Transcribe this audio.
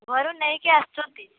ଘରୁ ନେଇକି ଆସୁଛନ୍ତି